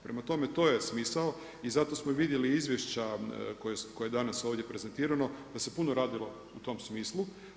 Prema tome, to je smisao i zato smo vidjeli izvješća, koja je danas ovdje prezentirano, da se puno radilo u tom smislu.